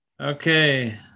Okay